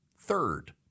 Third